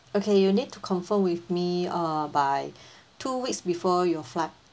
okay you need to confirm with me uh by two weeks before your flight